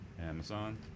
Amazon